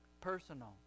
Personal